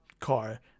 car